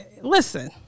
listen